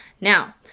Now